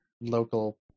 local